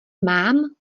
mám